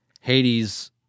Hades